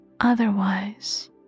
Otherwise